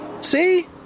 See